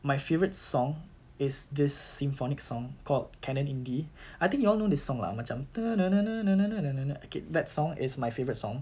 my favourite song is this symphonic song called canon in D I think you all know this song lah macam okay that song is my favourite song